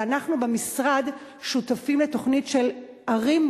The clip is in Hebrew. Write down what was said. אבל אנחנו במשרד שותפים לתוכנית של ערים,